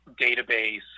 database